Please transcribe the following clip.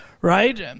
right